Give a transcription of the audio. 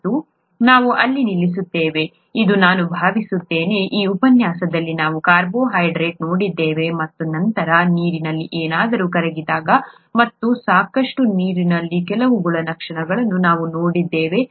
ಮತ್ತು ನಾವು ಇಲ್ಲಿ ನಿಲ್ಲಿಸುತ್ತೇವೆ ಎಂದು ನಾನು ಭಾವಿಸುತ್ತೇನೆ ಈ ಉಪನ್ಯಾಸದಲ್ಲಿ ನಾವು ಕಾರ್ಬೋಹೈಡ್ರೇಟ್ಗಳನ್ನು ನೋಡಿದ್ದೇವೆ ಮತ್ತು ನಂತರ ನೀರಿನಲ್ಲಿ ಏನಾದರೂ ಕರಗಿದಾಗ ಮತ್ತು ನೀರಿನ ಕೆಲವು ಗುಣಲಕ್ಷಣಗಳನ್ನು ನಾವು ನೋಡಿದ್ದೇವೆ